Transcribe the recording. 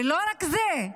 ולא רק זה,